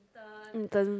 intern